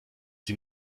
sie